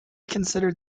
considered